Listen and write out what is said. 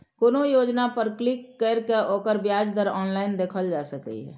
कोनो योजना पर क्लिक कैर के ओकर ब्याज दर ऑनलाइन देखल जा सकैए